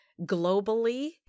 globally